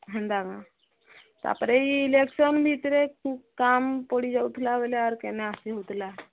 ହଁ ତାପରେ ଏଇ ଏଲେକ୍ଶନ୍ ଭିତରେ କାମ ପଡ଼ିଯାଉଥିଲା ବେଳେ ଆର କେନେ ଆସିହେଉଥିଲା